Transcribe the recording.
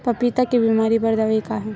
पपीता के बीमारी बर दवाई का हे?